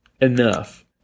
enough